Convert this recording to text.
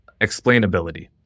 explainability